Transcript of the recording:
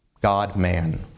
God-man